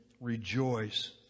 Rejoice